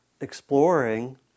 exploring